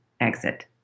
exit